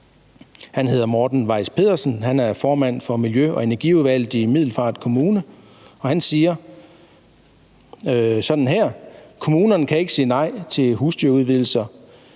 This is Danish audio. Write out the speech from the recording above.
Morten Weiss-Pedersen, og han er formand for Miljø- og Energiudvalget i Middelfart Kommune – som udtaler, at kommunerne ikke kan sige nej til husdyrudvidelser,